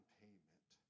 payment